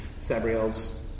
Sabriel's